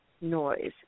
noise